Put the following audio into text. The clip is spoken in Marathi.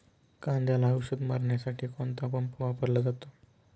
कांद्याला औषध मारण्यासाठी कोणता पंप वापरला जातो?